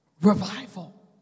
Revival